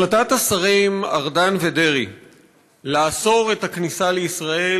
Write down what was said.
החלטת השרים ארדן ודרעי לאסור את הכניסה לישראל